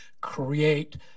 create